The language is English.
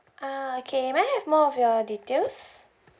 ah okay may I have more of your details